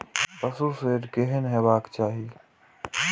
पशु शेड केहन हेबाक चाही?